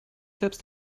selbst